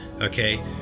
Okay